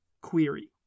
query